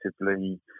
relatively